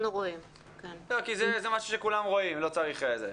זה משהו שכולם רואים.